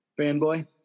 fanboy